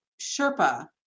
Sherpa